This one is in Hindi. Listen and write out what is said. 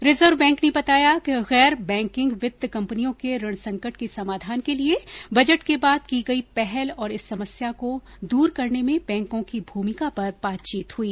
रिजर्व बैंक ने बताया कि गैर बैंकिंग वित्त कंपनियों के ऋण संकट के समाधान के लिए बजट के बाद की गई पहल और इस समस्या को दूर करने में बैंकों की भूमिका पर बातचीत हुई